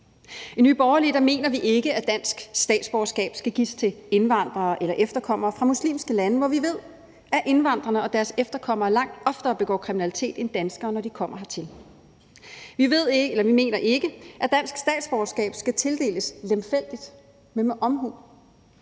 I Nye Borgerlige mener vi ikke, at dansk statsborgerskab skal gives til indvandrere eller efterkommere fra muslimske lande, hvor vi ved, at indvandrerne og deres efterkommere langt oftere begår kriminalitet end danskerne, når de kommer hertil. Vi mener ikke, at dansk statsborgerskab skal tildeles lemfældigt, men med omhu,